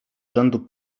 rzędu